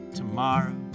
tomorrow